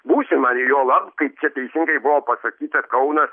būsimą ir juolab kaip čia teisingai buvo pasakyta kaunas